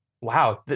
Wow